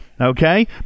Okay